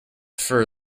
fur